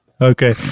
Okay